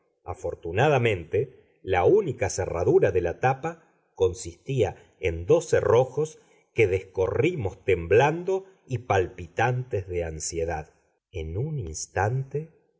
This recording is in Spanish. afortunadamente la única cerradura de la tapa consistía en dos cerrojos que descorrimos temblando y palpitantes de ansiedad en un instante